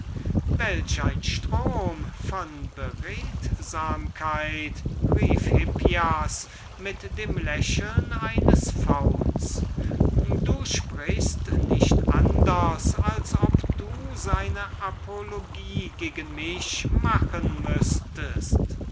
welch ein strom von beredsamkeit rief hippias mit dem lächeln eines fauns aus du sprichst nicht anders als ob du seine apologie gegen mich machen müßtest